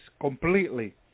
completely